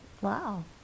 Wow